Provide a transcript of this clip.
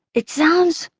it sounds,